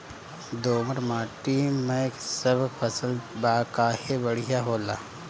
दोमट माटी मै सब फसल काहे बढ़िया होला?